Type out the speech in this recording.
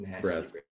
breath